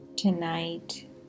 Tonight